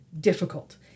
difficult